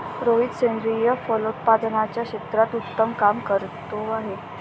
रोहित सेंद्रिय फलोत्पादनाच्या क्षेत्रात उत्तम काम करतो आहे